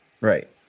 right